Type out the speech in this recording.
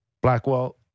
Blackwell